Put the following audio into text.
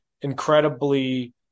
incredibly